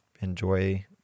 Enjoy